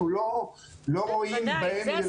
אנחנו לא רואים בהם --- ודאי.